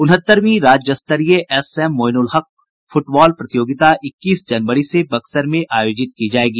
उनहत्तरवीं राज्य स्तरीय SM Moinul Haq football प्रतियोगिता इक्कीस जनवरी से बक्सर में आयोजित की जायेगी